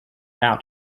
out